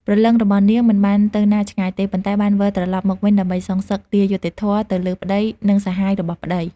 ព្រលឹងរបស់នាងមិនបានទៅណាឆ្ងាយទេ ប៉ុន្តែបានវិលត្រឡប់មកវិញដើម្បី សងសឹក ទារយុត្តិធម៌ ទៅលើប្ដី និងសាហាយរបស់ប្តី។